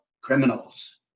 criminals